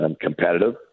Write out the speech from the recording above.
competitive